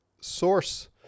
source